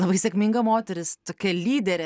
labai sėkminga moteris tokia lyderė